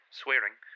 swearing